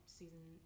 season